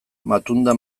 matunda